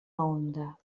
onda